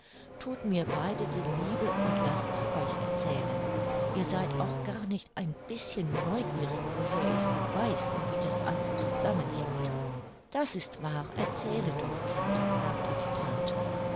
thut mir beide die liebe und laßt sie euch erzählen ihr seid auch gar nicht ein bischen neugierig woher ich sie weiß und wie das alles zusammenhängt das ist wahr erzähle doch kind sagte die tante